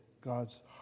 God's